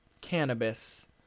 cannabis